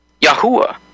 Yahuwah